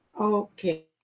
Okay